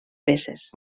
peces